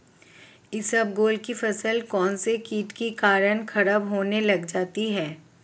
इसबगोल की फसल कौनसे कीट के कारण खराब होने लग जाती है?